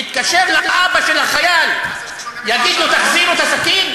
יתקשר לאבא של החייל ויגיד לו: תחזירו את הסכין?